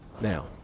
Now